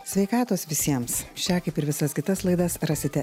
sveikatos visiems šią kaip ir visas kitas laidas rasite